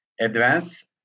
advance